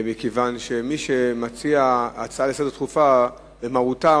מכיוון שמי שמציע הצעה דחופה לסדר, במהותה,